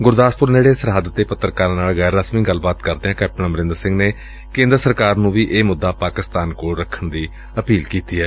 ਗੁਰਦਾਸਪੁਰ ਨੇੜੇ ਸਰਹੱਦ ਤੇ ਪੱਤਰਕਾਰਾਂ ਨਾਲ ਗੈਰ ਰਸਮੀ ਗੱਲਬਾਤ ਕਰਦਿਆਂ ਕੈਪਟਨ ਅਮਰੰਦਰ ਸਿੰਘ ਨੇ ਕੇ'ਦਰ ਸਰਕਾਰ ਨੂੰ ਵੀ ਇਹ ਮੁੱਦਾ ਪਾਕਿਸਤਾਨ ਕੋਲ ਰੱਖਣ ਦੀ ਅਪੀਲ ਕੀਤੀ ਏ